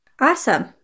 Awesome